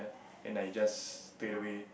then I just stayed away